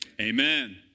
amen